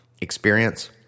experience